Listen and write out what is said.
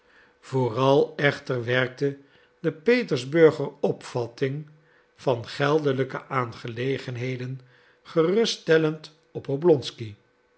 vooral echter werkte de petersburger opvatting van geldelijke aangelegenheden geruststellend op oblonsky